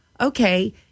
okay